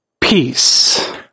peace